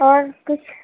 اور کچھ